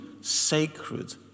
sacred